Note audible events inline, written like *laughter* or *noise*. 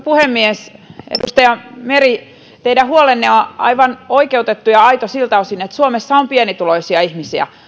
*unintelligible* puhemies edustaja meri teidän huolenne on aivan oikeutettu ja aito siltä osin että suomessa on pienituloisia ihmisiä